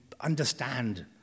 understand